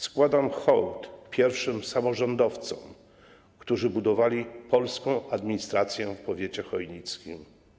Składam hołd pierwszym samorządowcom, którzy budowali polską administrację w powiecie chojnickim.